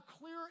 clear